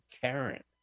Karen